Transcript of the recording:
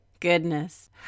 Goodness